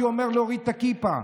שאומר להוריד את הכיפה?